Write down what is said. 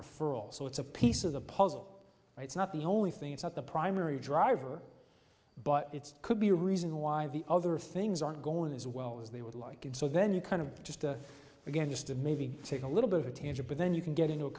referral so it's a piece of the puzzle it's not the only thing it's not the primary driver but it's could be a reason why the other things aren't going as well as they would like and so then you kind of just a get used to maybe take a little bit of a tangent but then you can get into a